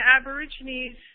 Aborigines